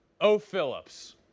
O'Phillips